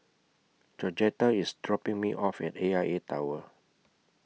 Georgetta IS dropping Me off At A I A Tower